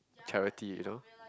charity you know